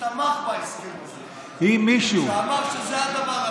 שתמך בהסכם הזה ואמר שזה הדבר הנכון.